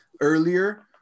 earlier